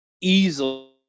easily